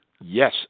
yes